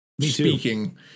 speaking